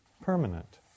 permanent